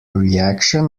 reaction